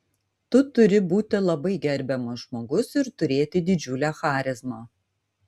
tu turi būti labai gerbiamas žmogus ir turėti didžiulę charizmą